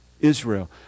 Israel